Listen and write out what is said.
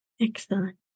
Excellent